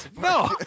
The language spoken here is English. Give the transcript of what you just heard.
no